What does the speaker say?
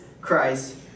Christ